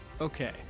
Okay